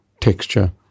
texture